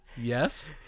yes